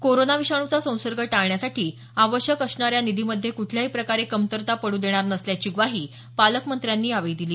corona विषाणूचा संसर्ग टाळण्यासाठी आवश्यक असणाऱ्या निधीमध्ये कुठल्याही प्रकारे कमतरता पड्र देणार नसल्याची ग्वाही पालकमंत्र्यांनी यावेळी दिली